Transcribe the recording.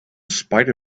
spite